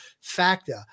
factor